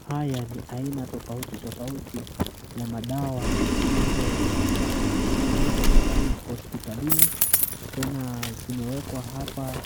Haya ni aina tofauti tofauti ya madawa zinazopatikana hospitalini. Tena zimewekwa hapa,